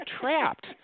trapped